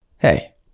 hey